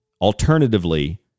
alternatively